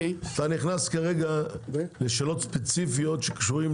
כי אתה נכנס לשאלות ספציפיות שקשורות